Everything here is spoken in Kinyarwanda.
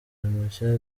mushya